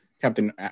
Captain